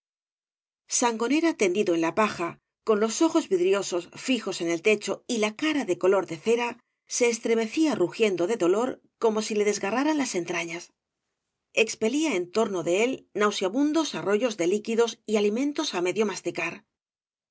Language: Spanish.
sangonera tendido en la paja con los ojos vidriosos fijos en el techo y la cara de color de cera se estremecía rugiendo de dolor como si le desgarraran las entrañas expelía en torno de él nauseabundos arroyos de líquidos y alimentos á medio masticar